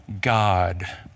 God